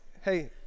hey